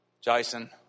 Jason